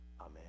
Amen